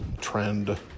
trend